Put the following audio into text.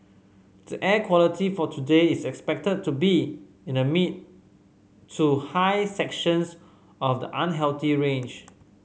the air quality for today is expected to be in the mid to high sections of the unhealthy range